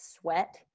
sweat